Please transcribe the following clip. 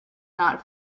not